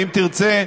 ואם תרצה,